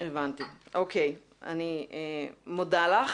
אני מודה לך.